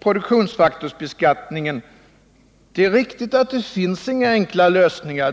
Produktionsfaktorsbeskattningen. Det är riktigt att det inte finns några enkla lösningar.